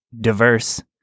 diverse